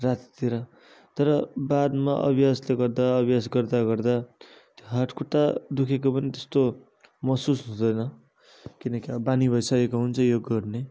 रातितिर तर बादमा अभ्यासले गर्दा अभ्यास गर्दा गर्दा त्यो हात खुट्टा दुःखेको पनि त्यस्तो महसुस हुँदैन किनकि अब बानी भइसकेको हुन्छ योग गर्ने